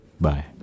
bye